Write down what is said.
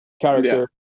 character